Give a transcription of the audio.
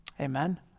Amen